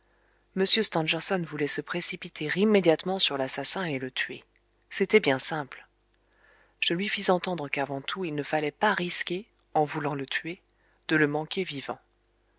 stangerson voulait se précipiter immédiatement sur l'assassin et le tuer c'était bien simple je lui fis entendre qu'avant tout il ne fallait pas risquer en voulant le tuer de le manquer vivant